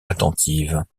attentive